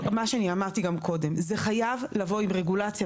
זה חייב לבוא עם רגולציה.